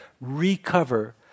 recover